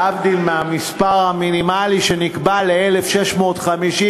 להבדיל מהמספר המינימלי, שנקבע ל-1,650,